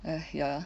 !hais! ya lah